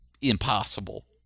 impossible